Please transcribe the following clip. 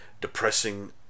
depressing